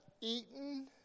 eaten